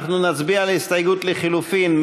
אנחנו נצביע על ההסתייגות לחלופין.